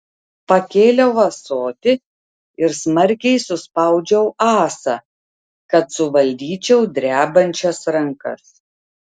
pakėliau ąsotį ir smarkiai suspaudžiau ąsą kad suvaldyčiau drebančias rankas